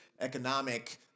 economic